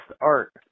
art